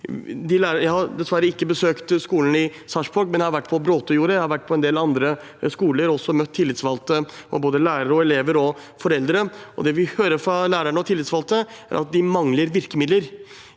Jeg har dessverre ikke besøkt skolen i Sarpsborg, men jeg har vært på Bråtejordet skole, jeg har vært på en del andre skoler og også møtt tillitsvalgte, lærere, elever og foreldre. Det vi hører fra lærerne og de tillitsvalgte, er at de mangler virkemidler.